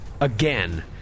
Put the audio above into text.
again